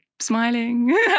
Smiling